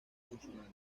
consonante